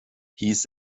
hieß